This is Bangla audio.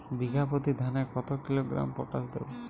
বিঘাপ্রতি ধানে কত কিলোগ্রাম পটাশ দেবো?